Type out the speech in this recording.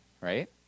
right